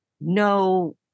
no